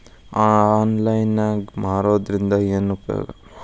Online ನಾಗ್ ಮಾರೋದ್ರಿಂದ ಏನು ಉಪಯೋಗ?